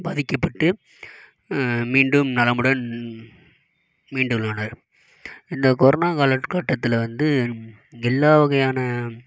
பாதிக்கப்பட்டு மீண்டும் நலமுடன் மீண்டுள்ளனர் இந்த கொரோனா காலகட்டத்தில் வந்து எல்லா வகையான